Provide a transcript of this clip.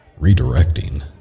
redirecting